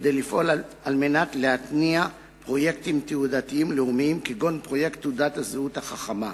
כדי להתניע פרויקטים תיעודיים לאומיים כגון פרויקט תעודת הזהות החכמה.